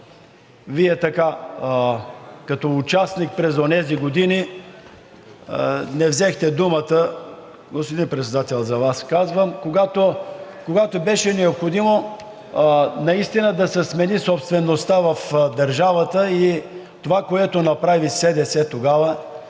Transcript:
Вие като участник през онези години не взехте думата. Господин Председател, за Вас казвам, когато беше необходимо наистина да се смени собствеността в държавата, и това, което направи СДС тогава